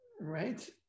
right